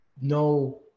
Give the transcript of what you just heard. no